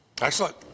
Excellent